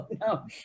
no